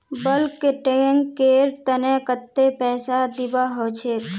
bulk tanker तने कत्ते पैसा दीबा ह छेक